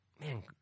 man